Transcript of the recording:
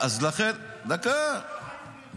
אז לכן --- כנראה שלא חיים באותה מדינה.